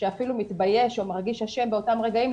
שאפילו מתבייש או מרגיש אשם באותם רגעים,